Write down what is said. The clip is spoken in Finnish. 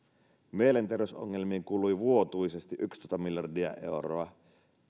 mielenterveysongelmiin kului vuotuisesti yksitoista miljardia euroa